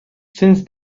since